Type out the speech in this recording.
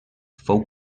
fou